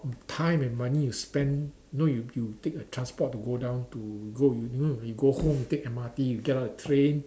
time and money you spent you know you you take a transport to go down to go even when you go home you take M_R_T you get out the train